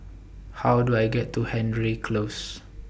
How Do I get to Hendry Close